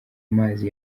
amazi